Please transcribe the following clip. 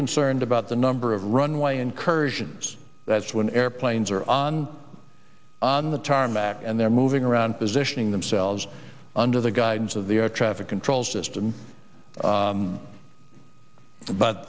concerned about the number of runway incursions that's when airplanes are on on the tarmac and they're moving around positioning themselves under the guidance of the air traffic control system